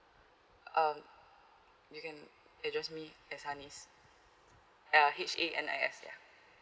um you can address me as hanis uh H A N I S ya